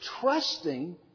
Trusting